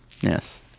yes